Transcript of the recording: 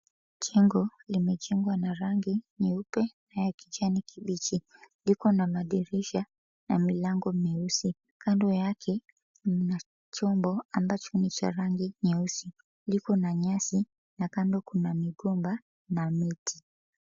Jengo limejengwa na rangi nyeupe na ya kijani kibichi. Liko na madirisha na milango meusi. Kando yake, mna chombo ambacho ni cha rangi nyeusi. Liko na nyasi na kando kuna migomba na miti.